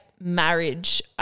marriage